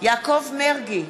יעקב מרגי,